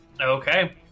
Okay